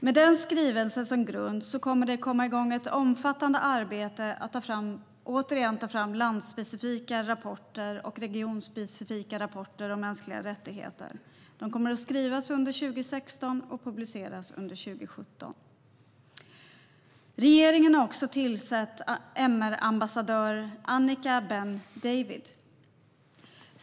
Med den skrivelsen som grund kommer det att komma igång ett omfattande arbete med att återigen ta fram landsspecifika och regionsspecifika rapporter om mänskliga rättigheter. De kommer att skrivas under 2016 och publiceras under 2017. Regeringen har tillsatt MR-ambassadören Annika Ben David.